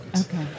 Okay